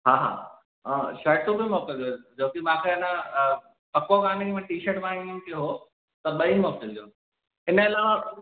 हा हा हा शर्टूं बि मोकिलिजो छो कि मूंखे अञा पको कान्हे कि मां टी शर्ट पाईंदुमि कि उहो त ॿई मोकिलिजो हिनजे अलावा